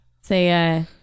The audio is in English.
Say